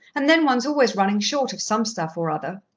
and then one's always running short of some stuff or other.